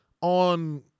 on